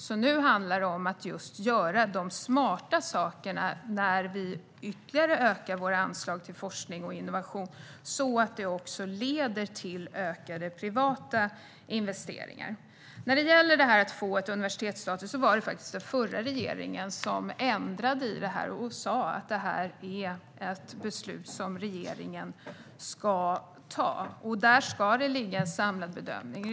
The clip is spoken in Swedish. När vi nu ytterligare ökar anslagen till forskning och innovation handlar det om att göra smarta saker, så att detta också leder till ökade privata investeringar. När det gäller universitetsstatus var det faktiskt den förra regeringen som ändrade i det hela och sa att det är ett beslut som regeringen ska fatta. Där ska det göras en samlad bedömning.